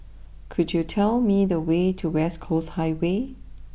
could you tell me the way to West Coast Highway